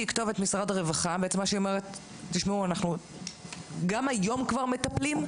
גם היום כבר מטפלים,